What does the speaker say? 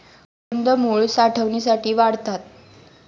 कंदमुळं साठवणीसाठी वाढतात